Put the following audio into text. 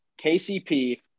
KCP